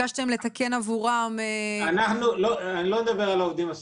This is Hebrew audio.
ביקשתם לתקן עבורם --- אני לא מדבר על העובדים הסוציאליים,